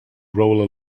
roll